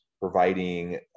providing